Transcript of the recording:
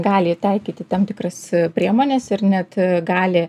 gali taikyti tam tikras priemones ir net gali